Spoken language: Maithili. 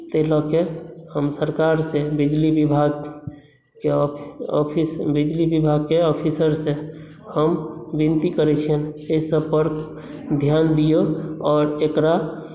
ताहि लऽ कऽ हम सरकार सॅं बिजली विभागकेँ ऑफिस बिजली विभागकेँ ऑफिसर सॅं हम विनती करै छियनि अहि सब पर ध्यान दियौ आओर एकरा